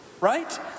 Right